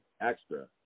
extra